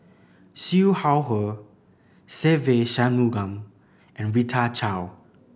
Siew Shaw Her Se Ve Shanmugam and Rita Chao